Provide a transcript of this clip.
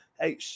hey